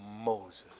Moses